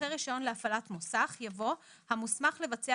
אחרי "רישיון להפעלת מוסך" יבוא "המוסמך לבצע